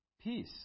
Peace